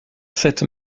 cette